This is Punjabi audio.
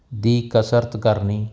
ਦੀ ਕਸਰਤ ਕਰਨੀ